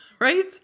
right